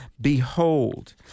behold